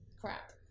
crap